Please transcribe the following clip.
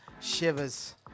Shivers